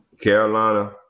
Carolina